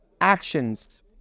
actions